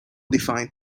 defined